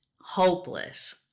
hopeless